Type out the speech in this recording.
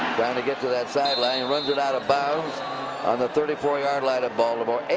to get to that sideline. runs it out of bounds on the thirty four yard line of baltimore.